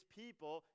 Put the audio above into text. people